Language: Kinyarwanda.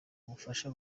ubufasha